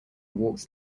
walks